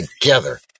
together